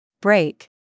Break